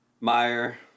Meyer